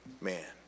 man